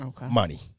Money